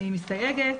אני מסתייגת,